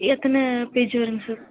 எத்தனை பேஜு வருங்க சார்